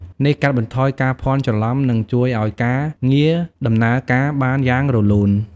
នេះកាត់បន្ថយការភ័ន្តច្រឡំ និងជួយឱ្យការងារដំណើរការបានយ៉ាងរលូន។